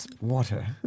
water